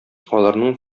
аларның